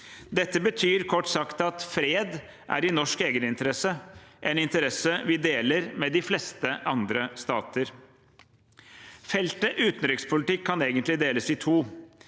Dette betyr, kort sagt, at fred er i norsk egeninteresse – en interesse vi deler med de fleste andre stater. Feltet «utenrikspolitikk» kan egentlig deles i to.